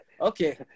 okay